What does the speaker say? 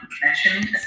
connection